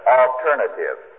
alternative